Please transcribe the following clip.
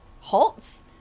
halts